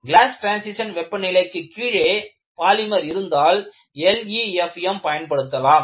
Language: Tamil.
கிளாஸ் ட்ரான்ஷிஷன் வெப்பநிலைக்கு கீழே பாலிமர் இருந்தால் LEFM பயன்படுத்தலாம்